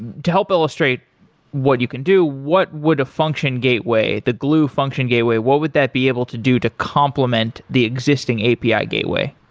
to help illustrate what you can do, what would a function gateway, the gloo function gateway, what would that be able to do to complement the existing api ah gateway?